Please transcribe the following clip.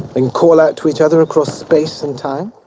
and call out to each other across space and time?